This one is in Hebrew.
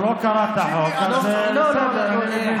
הוא לא קרא את החוק, אז זה בסדר, אני מבין אותו.